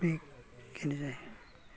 बे खिनिजायो